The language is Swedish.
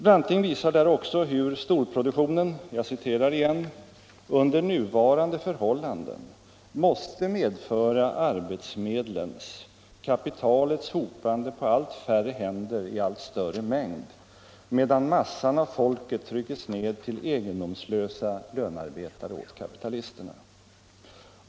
Branting visar där också hur storproduktionen ”under nuvarande förhållanden måste medföra arbetsmedlens, kapitalets hopande på allt färre händer i allt större mängd, medan massan av folket tryckes ned till egendomslösa lönarbetare åt kapitalisterna”.